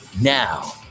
Now